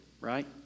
right